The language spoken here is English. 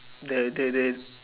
they they they